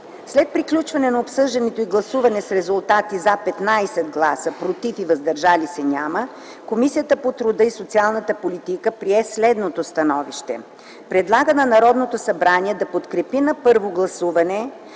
След приключване на обсъждането и гласуване с резултати: „за” – 15 гласа, „против” и „въздържали се” – няма, Комисията по труда и социалната политика прие следното становище: Предлага на Народното събрание да подкрепи на първо гласуване